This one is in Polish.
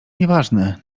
nieważne